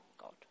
God